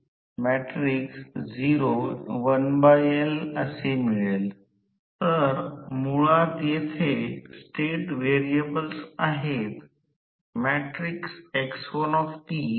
आणि हे N phaSE1 आहे जे Nfh 1 आहे जे स्टेटर बाजू आहे वळणांची संख्या Nph 1 असेल आणि f वारंवारिता आणि r प्रत्येक ध्रुवा वरील प्रवाह आहे